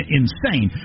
insane